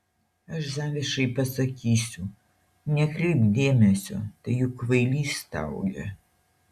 aš zavišai pasakysiu nekreipk dėmesio tai juk kvailys staugia